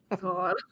God